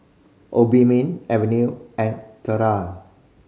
Obimin Avene and Tena